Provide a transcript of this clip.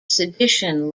sedition